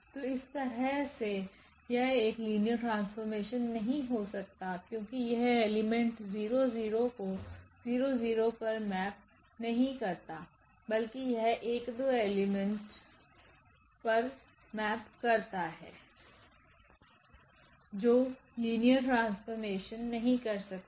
तो इस तरह से यह एक लिनियर ट्रांसफॉर्मेशन नहीं हो सकता क्योंकि यह 00 एलिमेंट को 00 पर मैप नहीं करता बल्कि यह 12 एलिमेंट पर मैप करता है जो लिनियर ट्रांसफॉर्मेशन नहीं कर सकता